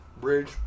bridge